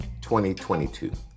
2022